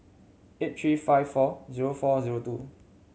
eight three five four zero four zero two